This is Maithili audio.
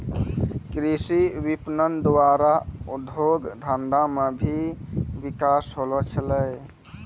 कृषि विपणन द्वारा उद्योग धंधा मे भी बिकास होलो छै